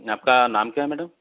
आपका नाम क्या है मैडम